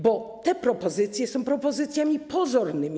Bo te propozycje są propozycjami pozornymi.